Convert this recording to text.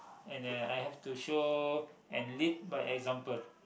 and I I have to show and lead by example